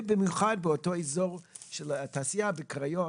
במיוחד באותו אזור של התעשייה בקריות,